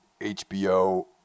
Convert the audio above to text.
HBO